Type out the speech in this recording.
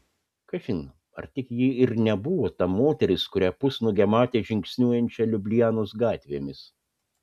kažin ar tik ji ir nebuvo ta moteris kurią pusnuogę matė žingsniuojančią liublianos gatvėmis